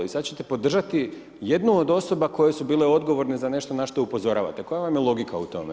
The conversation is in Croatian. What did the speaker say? I sada ćete podržati jednu od osoba koje su bile odgovorne za nešto na što upozoravate, koja vam je logika o tome?